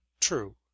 true